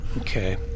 Okay